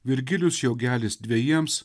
virgilijus jaugelis dvejiems